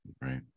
right